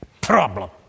problem